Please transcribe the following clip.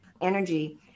energy